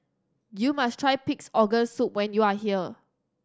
you must try Pig's Organ Soup when you are here